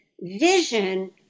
vision